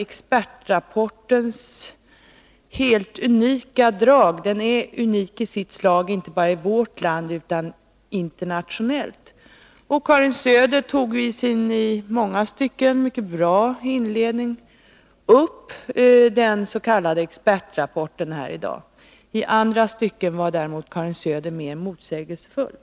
expertrapporten är helt unik i sitt slag — inte bara i vårt land utan även internationellt. Också Karin Söder berörde rapporten i sitt i långa stycken mycket fina inledningsanförande — i en del andra stycken var hon däremot motsägelsefull.